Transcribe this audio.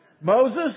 Moses